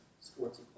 sports